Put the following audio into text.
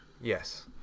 Yes